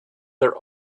their